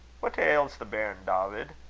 what ails the bairn, dawvid,